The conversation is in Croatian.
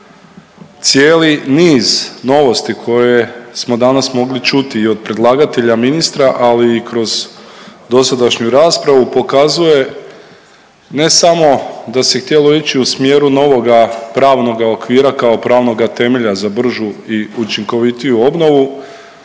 cijeli niz novosti koje smo danas mogli čuti i od predlagatelja ministra, ali i kroz dosadašnju raspravu pokazuje ne samo da se htjelo ići u smjeru novoga pravnoga okvira kao pravnoga temelja za bržu i učinkovitiju obnovu